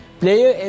player